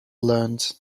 learned